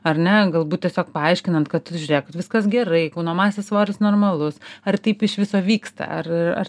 ar ne galbūt tiesiog paaiškinant kad tu žiūrėk viskas gerai kūno masės svoris normalus ar taip iš viso vyksta ar ar